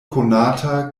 konata